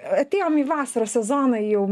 atėjom į vasaros sezoną jau